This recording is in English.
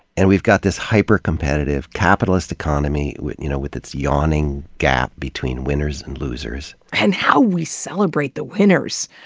and we've got this hyper-competitive, capitalist economy with you know with its yawning gap between winners and losers. and oh how we celebrate the winners.